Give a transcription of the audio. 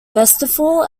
festival